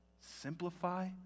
Simplify